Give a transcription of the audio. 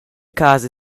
casa